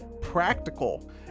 practical